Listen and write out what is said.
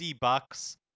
bucks